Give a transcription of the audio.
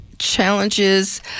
Challenges